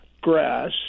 grass